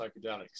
psychedelics